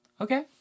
Okay